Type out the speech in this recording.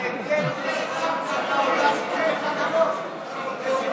ההבדל הוא שראש הממשלה הודה שהוא קיבל מתנות.